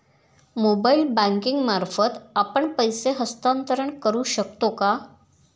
Mobile banking मार्फत आपण पैसे हस्तांतरण करू शकतो का?